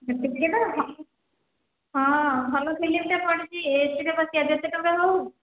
AC ticket ହଁ ଭଲ film ଟିଏ ପଡ଼ିଛି ଏସିରେ ବସିବା ଯେତେ ଟଙ୍କା ହେଉ